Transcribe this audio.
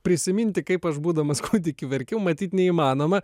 prisiminti kaip aš būdamas kūdikiu verkiau matyt neįmanoma